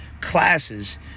classes